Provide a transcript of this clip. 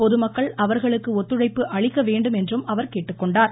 பொதுமக்கள் அவர்களுக்கு ஒத்துழைப்பு அளிக்கவேண்டும் என்றும் அவர் கேட்டுக்கொண்டார்